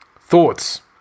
Thoughts